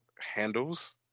handles